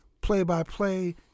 play-by-play